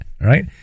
Right